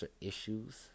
issues